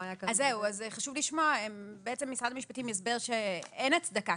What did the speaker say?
חשוב לשמוע הסבר ממשרד המשפטים שאין הצדקה.